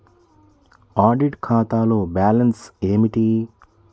Audit ఖాతాలో balance ఏమిటీ?